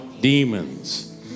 demons